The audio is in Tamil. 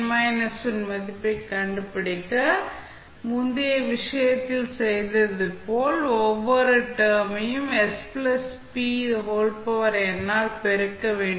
kn−1 இன் மதிப்பைக் கண்டுபிடிக்க முந்தைய விஷயத்தில் செய்ததைப் போல ஒவ்வொரு டெர்ம் யும் s pn ஆல் பெருக்க வேண்டும்